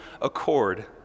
accord